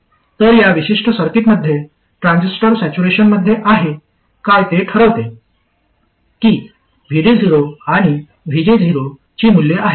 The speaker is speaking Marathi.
तर या विशिष्ट सर्किटमध्ये ट्रान्झिस्टर सॅच्युरेशनमध्ये आहे काय ते ठरवते की VD0 आणि VG0 ची मूल्ये आहेत